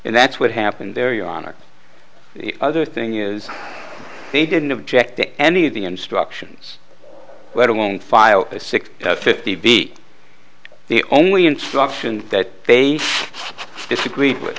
and that's what happened there your honor the other thing is they didn't object to any of the instructions let alone file a six fifty v the only instruction that they disagreed with